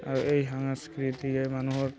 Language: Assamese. আৰু এই সাংস্কৃতিকে মানুহৰ